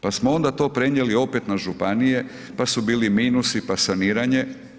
Pa samo onda to prenijeli opet na županije, pa su bili minusi, pa saniranje.